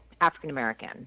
African-American